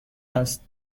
است